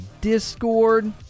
Discord